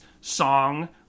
song